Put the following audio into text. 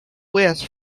west